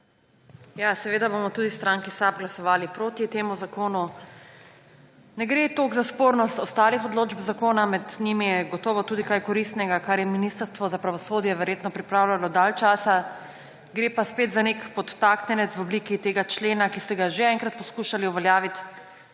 Seveda bomo tudi v stranki SAB glasovali proti temu zakonu. Ne gre toliko za spornost ostalih odločb zakona. Med njimi je gotovo tudi kaj koristnega, kar je Ministrstvo za pravosodje verjetno pripravljalo dalj časa. Gre pa spet za nek podtaknjenec v obliki tega člena, ki ste ga že enkrat poskušali uveljaviti,